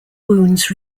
wounds